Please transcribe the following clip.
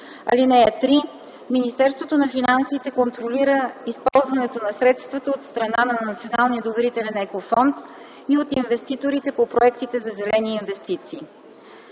(3) Министерството на финансите контролира използването на средствата от страна на Националния доверителен екофонд и от инвеститорите по проектите за зелени инвестиции.